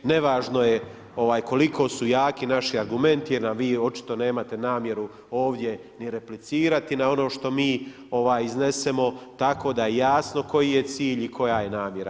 Nevažno je koliko su jaki naši argumenti jer na vi očito nemate namjeru ni replicirati na ono što mi iznesemo, tako da je jasno koji je cilj i koja je namjera.